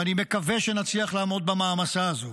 ואני מקווה שנצליח לעמוד במעמסה הזו.